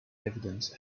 evidence